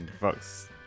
Vox